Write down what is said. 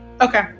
Okay